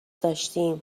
داشتیم